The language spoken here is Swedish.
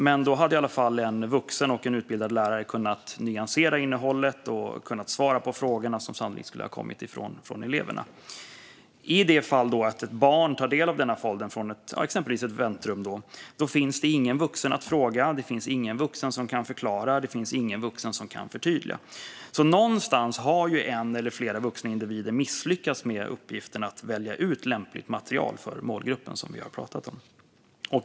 Men då hade i alla fall en vuxen och utbildad lärare kunnat nyansera innehållet och svara på de frågor som sannolikt skulle ha kommit från eleverna. I det fall ett barn tar del av denna folder i exempelvis ett väntrum finns det ingen vuxen att fråga, ingen vuxen som kan förklara och förtydliga. Någonstans har ju en eller flera vuxna individer misslyckats med uppgiften att välja ut lämpligt material för målgruppen som vi pratar om.